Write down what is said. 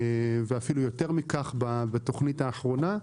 ואפילו יותר מכך בתוכנית האחרונה,